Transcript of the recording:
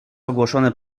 ogłoszone